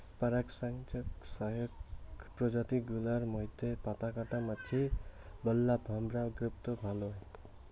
পরাগসংযোগ সহায়ক প্রজাতি গুলার মইধ্যে পাতাকাটা মাছি, বোল্লা, ভোমরা গুরুত্ব ভালে